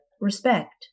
respect